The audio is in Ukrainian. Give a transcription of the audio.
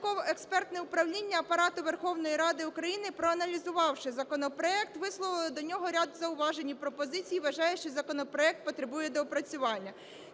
Ради України, проаналізувавши законопроект, висловило до нього ряд зауважень і пропозицій і вважає, що законопроект потребує доопрацювання.